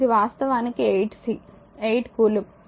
ఇది వాస్తవానికి 8 C 8 coulomb